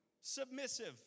submissive